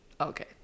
Okay